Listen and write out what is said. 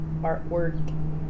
artwork